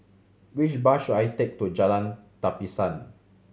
which bus should I take to Jalan Tapisan